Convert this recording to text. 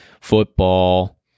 football